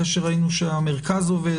אחרי שראינו שהמרכז עובד,